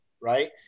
right